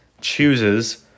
chooses